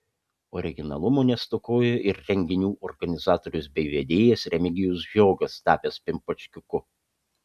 originalumo nestokojo ir renginių organizatorius bei vedėjas remigijus žiogas tapęs pimpačkiuku